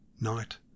night